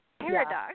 paradox